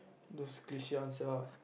those cliche answer ah